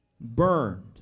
burned